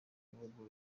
bihugu